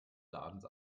ladens